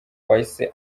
wahise